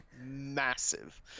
massive